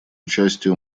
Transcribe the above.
участию